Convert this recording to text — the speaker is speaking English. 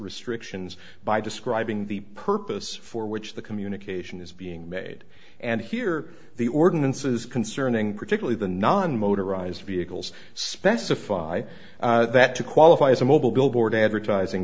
restrictions by describing the purpose for which the communication is being made and here the ordinances concerning particularly the non motorized vehicles specify that to qualify as a mobile billboard advertising